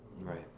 Right